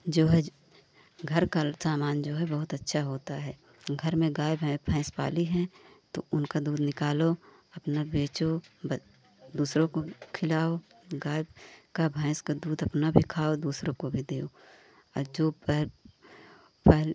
जो है घर का सामान जो है बहुत अच्छा होता है घर में गाय भैंस पाली है तो उनका दूध निकालो अपना बेचो बच दूसरों को खिलाओ गाय का भैंस का दूध अपना भी खाओ दूसरों को भी दो और जो पह पह